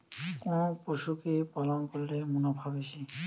কোন পশু কে পালন করলে মুনাফা বেশি?